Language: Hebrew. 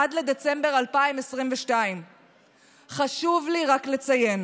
עד לדצמבר 2022. חשוב לי רק לציין